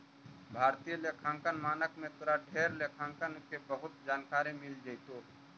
भारतीय लेखांकन मानक में तोरा ढेर लेखांकन के बहुत जानकारी मिल जाएतो